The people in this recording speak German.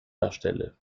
darstelle